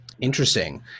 Interesting